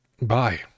Bye